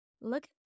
look